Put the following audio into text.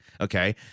Okay